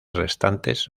restantes